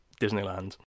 Disneyland